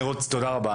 תודה רבה.